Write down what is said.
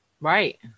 right